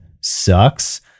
sucks